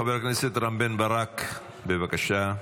חבר הכנסת רם בן ברק, בבקשה.